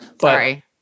Sorry